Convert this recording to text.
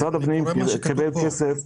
משרד הפנים קיבל כסף.